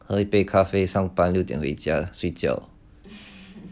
喝一杯咖啡上班六点回家睡觉